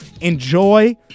Enjoy